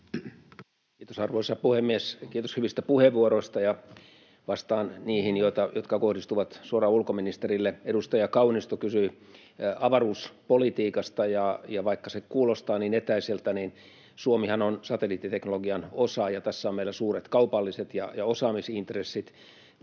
Kiitos, arvoisa puhemies! Kiitos hyvistä puheenvuoroista. Vastaan niihin, jotka kohdistuvat suoraan ulkoministerille. Edustaja Kaunisto kysyi avaruuspolitiikasta. Vaikka se kuulostaa niin etäiseltä, niin Suomihan on satelliittiteknologian osaaja. Tässä on meillä suuret kaupalliset ja osaamisintressit.